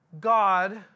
God